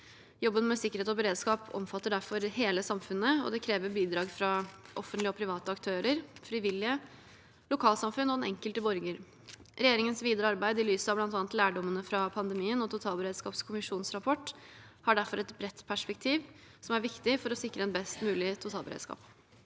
Jobben med sikkerhet og beredskap omfatter derfor hele samfunnet. Det krever bidrag fra offentlige og private aktører, frivillige, lokalsamfunn og den enkelte borger. Regjeringens videre arbeid i lys av bl.a. lærdommene fra pandemien og totalberedskapskommisjonens rapport har derfor et bredt perspektiv, som er viktig for å sikre en best mulig totalberedskap.